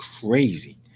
crazy